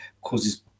causes